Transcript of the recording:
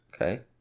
Okay